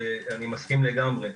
ואני מסכים לגמרי,